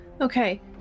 okay